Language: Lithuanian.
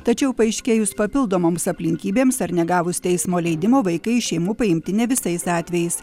tačiau paaiškėjus papildomoms aplinkybėms ar negavus teismo leidimo vaikai iš šeimų paimti ne visais atvejais